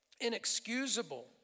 inexcusable